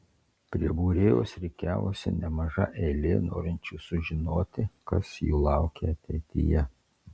prie būrėjos rikiavosi nemaža eilė norinčių sužinoti kas jų laukia ateityje